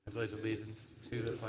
pledge allegiance to the